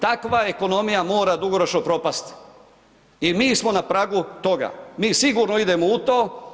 Takva ekonomija mora dugoročno propast i mi smo na pragu toga, mi sigurno ide u to.